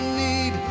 need